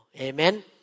Amen